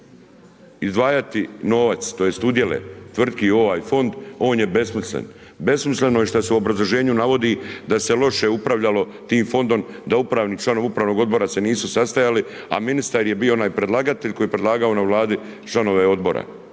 izdvajati novac, tj. udjele tvrtki u ovaj fond on je besmislen. Besmisleno je što se u obrazloženju navodi da se loše upravljalo tim fondom, da upravni član, upravnog odbora se nisu sastajali a ministar je bio onaj predlagatelj koji je predlagao na Vladi članove odbora.